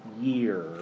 year